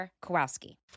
Kowalski